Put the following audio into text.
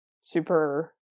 super